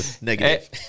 Negative